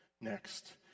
next